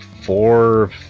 Four